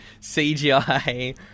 CGI